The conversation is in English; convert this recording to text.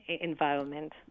environment